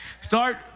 Start